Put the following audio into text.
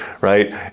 right